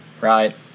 right